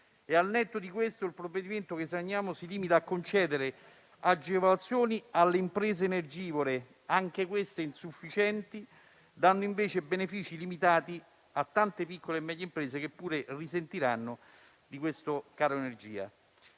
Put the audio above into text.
al netto di questo il provvedimento che esaminiamo si limita a concedere agevolazioni alle imprese energivore, anche queste insufficienti, dando invece benefici limitati a tante piccole e medie imprese che pure risentiranno del caro energia.